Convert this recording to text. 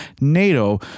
NATO